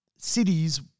cities